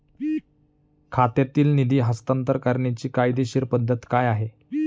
खात्यातील निधी हस्तांतर करण्याची कायदेशीर पद्धत काय आहे?